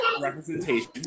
representation